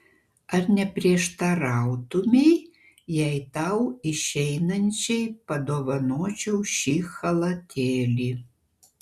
ar neprieštarautumei jei tau išeinančiai padovanočiau šį chalatėlį